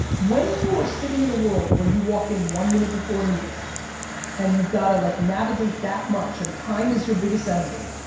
when you are sitting in a world where you walk in one minute before a meeting and you've gotta like navigate that much, and time is your biggest enemy.